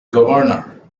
governor